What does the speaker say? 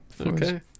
Okay